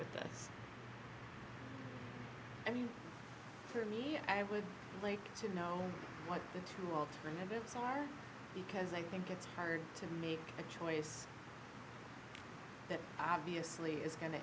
this i mean for me i would like to know what the two alternatives are because i think it's hard to make a choice that obviously is going to